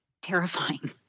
terrifying